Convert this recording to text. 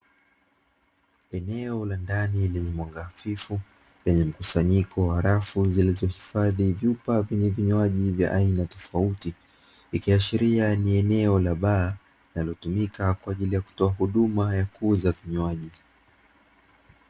Eneo la ndani lenye mwanga hafifu, lenye mkusanyiko wa rafu zenye vinywaji vya aina tofauti, ikiashiria ni eneo la baa, linalotumika kwa ajili ya kuuza vinywaji.